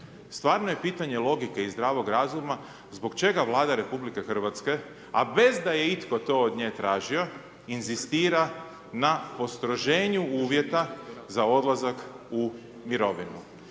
stvarno je pitanje logike i zdravog razuma zbog čega Vlada RH a bez da je itko to od nje tražio inzistira na postroženju uvjeta za odlazak u mirovinu.